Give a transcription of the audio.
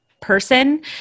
person